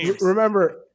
Remember